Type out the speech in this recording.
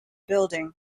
building